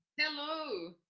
hello